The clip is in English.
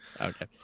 okay